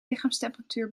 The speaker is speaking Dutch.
lichaamstemperatuur